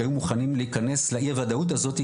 שהיו מוכנים להיכנס לאי הוודאות הזאתי,